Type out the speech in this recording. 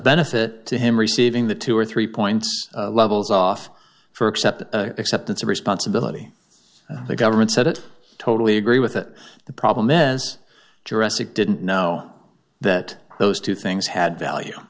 benefit to him receiving the two or three point levels off for except acceptance of responsibility the government said it totally agree with it the problem is duress it didn't know that those two things had value